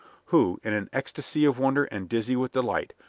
who, in an ecstasy of wonder and dizzy with delight,